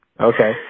Okay